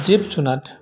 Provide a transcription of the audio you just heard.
जिब जुनाद